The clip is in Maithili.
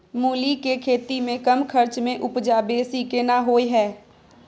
मूली के खेती में कम खर्च में उपजा बेसी केना होय है?